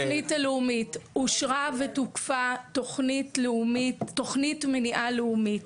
התוכנית הלאומית אושרה ותוקפה תוכנית מניעה לאומית